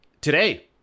Today